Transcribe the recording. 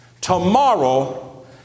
tomorrow